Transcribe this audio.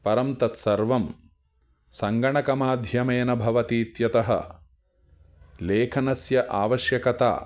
परं तत्सर्वं सङ्गणकमाध्यमेन भवति इत्यतः लेखनस्य आवश्यकता